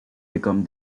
become